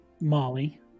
Molly